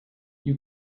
you